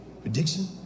Prediction